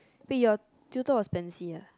wait your tutor was Pency ah